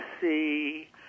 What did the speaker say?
see